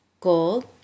gold